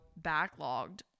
backlogged